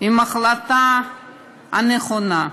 על ההחלטה הנכונה.